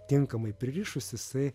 tinkamai pririšus jisai